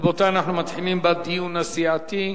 רבותי, אנחנו מתחילים בדיון הסיעתי.